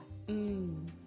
Mmm